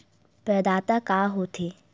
प्रदाता का हो थे?